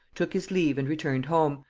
took his leave and returned home,